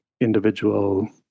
individual